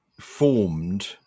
formed